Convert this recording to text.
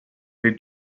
they